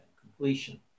completion